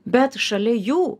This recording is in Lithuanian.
bet šalia jų